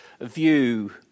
view